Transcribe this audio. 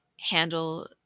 handle